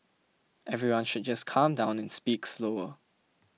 everyone should just calm down and speak slower